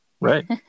right